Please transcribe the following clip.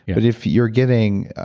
but, if you're getting